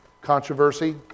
controversy